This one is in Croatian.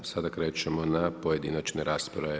Sada krećemo na pojedinačne rasprave.